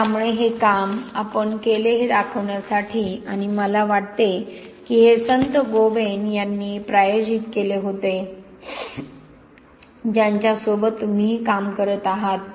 त्यामुळे हे काम आपण केले हे दाखवण्यासाठी आणि मला वाटते की हे संत गोबेन यांनी प्रायोजित केले होते ज्यांच्यासोबत तुम्हीही काम करत आहात